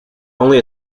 only